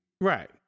Right